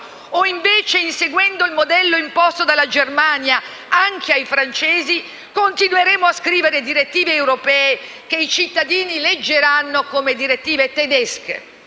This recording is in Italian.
O invece, inseguendo il modello imposto della Germania, anche ai francesi, continueremo a scrivere direttive europee che i cittadini leggeranno come direttive tedesche?